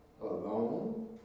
alone